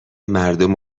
مردم